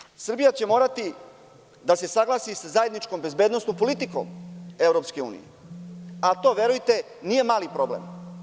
S druge strane, Srbija će morati da se saglasi sa zajedničkom bezbednosnom politikom EU, a to verujte, nije mali problem.